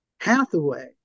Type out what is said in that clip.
Hathaway